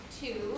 two